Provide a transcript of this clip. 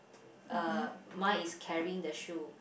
uh mine is carrying the shoe